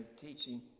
teaching